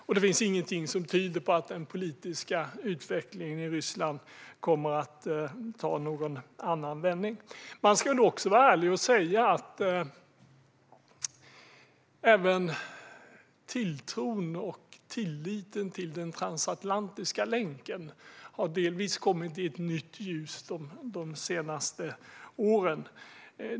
Och det finns ingenting som tyder på att den politiska utvecklingen i Ryssland kommer att ta någon annan vändning. Man ska också vara ärlig och säga att även tilltron och tilliten till den transatlantiska länken delvis har kommit i ett nytt ljus de senaste åren.